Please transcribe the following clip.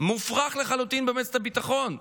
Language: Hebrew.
מופרך לחלוטין במועצת הביטחון,